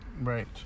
Right